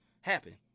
happen